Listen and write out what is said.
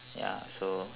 ya so